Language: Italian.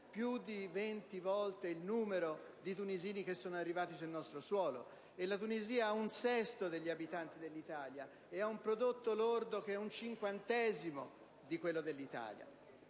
più di 20 volte il numero dei tunisini arrivati sul nostro suolo. E la Tunisia registra un sesto degli abitanti dell'Italia ed ha un prodotto lordo pari ad un cinquantesimo di quello dell'Italia.